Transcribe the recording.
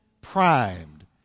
primed